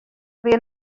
wie